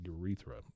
urethra